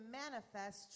manifest